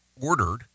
ordered